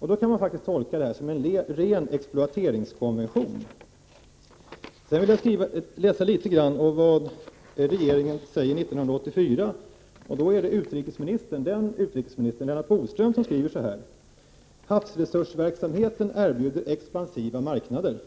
Man kan faktiskt tolka detta som en ren exploateringskonvention. Jag vill vidare hänvisa litet grand till vad regeringen sade 1984. Den dåvarande utrikesministern Lennart Bodström skrev på följande sätt: Havsresursverksamheten erbjuder expansiva marknader.